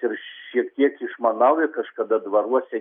ir šiek tiek išmanau ir kažkada dvaruose